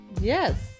yes